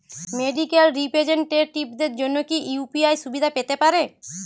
Medical রিপ্রেজন্টেটিভদের জন্য কি ইউ.পি.আই সুবিধা পেতে পারে?